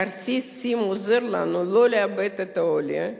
כרטיס SIM עוזר לנו לא לאבד את העולה,